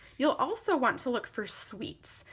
you'll also want to look for suites.